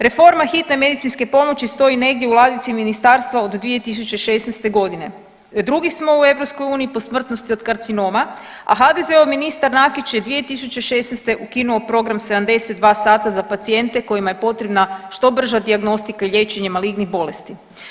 Reforma Hitne medicinske pomoći stoji negdje u ladici ministarstva od 2016.g., drugi smo u EU po smrtnosti od karcinoma, a HDZ-ov ministar Nakić je 2016. ukinuo program 72 sata za pacijente kojima je potrebna što brža dijagnostika i liječenje malignih bolesti.